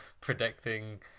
predicting